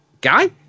Guy